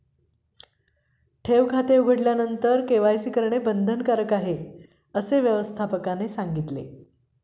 ठेव खाते उघडल्यानंतर के.वाय.सी करणे बंधनकारक आहे, असे व्यवस्थापकाने सांगितले